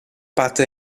parte